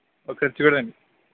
ఒకసారి చూడండి